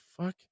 fuck